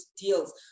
deals